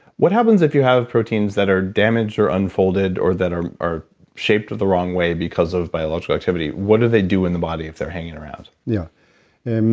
what happens if you have proteins that are damaged or unfolded or that are are shaped the wrong way because of biological activity? what do they do in the body if they're hanging around? yeah. and